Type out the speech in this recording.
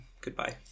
goodbye